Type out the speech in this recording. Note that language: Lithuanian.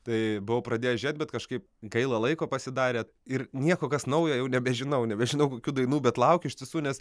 tai buvau pradėjęs žiūrėt bet kažkaip gaila laiko pasidarė ir nieko kas naujo jau nebežinau nebežinau kokių dainų bet laukiu iš tiesų nes